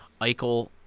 Eichel